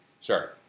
Sure